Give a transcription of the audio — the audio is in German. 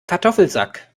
kartoffelsack